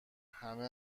همه